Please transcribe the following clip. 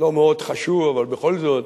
לא מאוד חשוב, אבל בכל זאת,